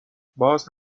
باز